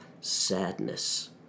sadness